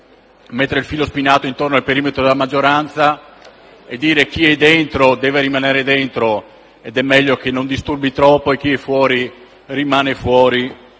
mettere il filo spinato intorno al perimetro della maggioranza e dire che chi è dentro deve rimanere dentro (ed è meglio che non disturbi troppo), mentre chi è fuori deve rimanere fuori